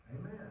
Amen